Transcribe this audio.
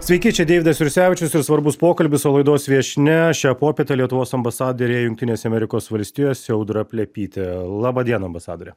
sveiki čia deividas jursevičius ir svarbus pokalbis o laidos viešnia šią popietę lietuvos ambasadorė jungtinėse amerikos valstijose audra plepytė laba diena ambasadore